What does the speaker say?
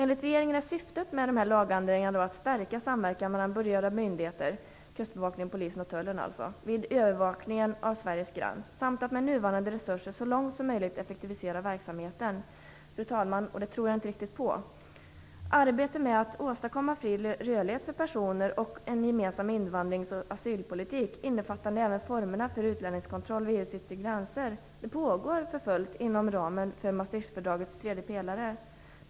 Enligt regeringen är syftet med lagändringarna att stärka samverkan mellan berörda myndigheter - kustbevakningen, polisen och tullen - vid övervakningen av Sveriges gräns samt att med nuvarande resurser så långt möjligt effektivisera verksamheten. Fru talman! Det tror jag inte riktigt på. Arbetet med att åstadkomma fri rörlighet för personer och en gemensam invandrings och asylpolitik, innefattande även formerna för utlänningskontroll vid EU:s yttre gränser, pågår inom ramen för Maastrichtfördragets tredje pelare.